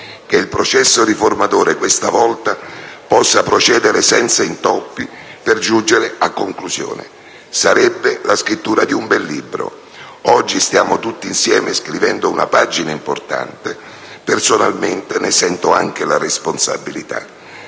che il processo riformatore questa volta possa procedere senza intoppi per giungere a conclusione. Sarebbe la scrittura di un bel libro: oggi stiamo tutti insieme scrivendo una pagina importante ed io - personalmente - ne sento anche la responsabilità.